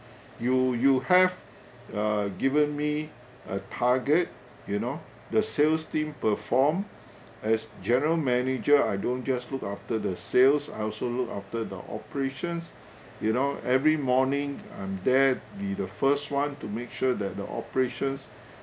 you you have uh given me a target you know the sales team perform as general manager I don't just look after the sales I also look after the operations you know every morning I'm there be the first [one] to make sure that the operations